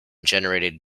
generated